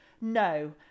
no